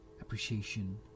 appreciation